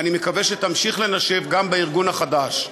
ואני מקווה שתמשיך לנשב גם בארגון החדש.